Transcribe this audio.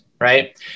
Right